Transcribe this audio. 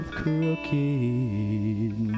crooked